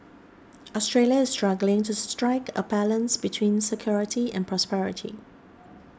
Australia is struggling to strike a balance between security and prosperity